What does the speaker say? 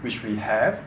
which we have